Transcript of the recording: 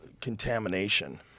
contamination